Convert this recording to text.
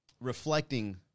reflecting